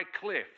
cliffs